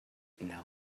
now